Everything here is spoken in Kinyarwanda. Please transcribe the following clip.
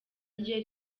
rye